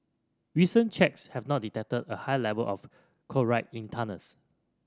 recent checks have not detected a high level of chloride in tunnels